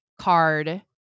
card